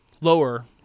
lower